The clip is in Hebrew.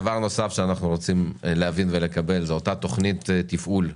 דבר נוסף, אנחנו רוצים לקבל את תוכנית התפעול,